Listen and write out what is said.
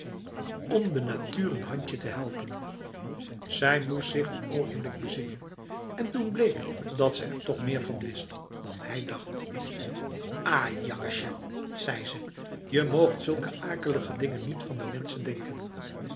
bom de natuur een handje te helpen zij moest zich een ogenblik bezinnen en toen bleek dat ze er toch meer van wist dan hij dacht ajakkes jean zei ze je moogt zulke akelige dingen niet van de mensen denken